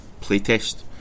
playtest